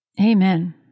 Amen